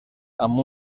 amb